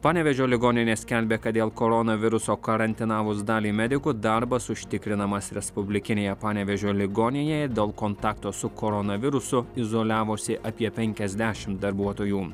panevėžio ligoninė skelbia kad dėl koronaviruso karantinavus dalį medikų darbas užtikrinamas respublikinėje panevėžio ligoninėje dėl kontakto su koronavirusu izoliavosi apie penkiasdešim darbuotojų